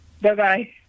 Bye-bye